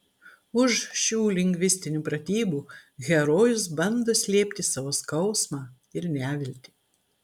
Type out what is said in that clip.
už šių lingvistinių pratybų herojus bando slėpti savo skausmą ir neviltį